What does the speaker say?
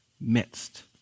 midst